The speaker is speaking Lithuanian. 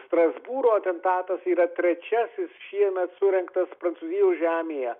strasbūro atentatas yra trečiasis šiemet surengtas prancūzijos žemėje